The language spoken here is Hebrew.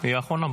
היא אחרונה,